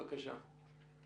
בבקשה.